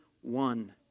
one